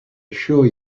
assure